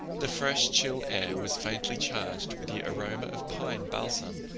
the fresh chill air was faintly charged with the aroma of pine balsam,